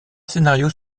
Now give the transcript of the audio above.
scénarios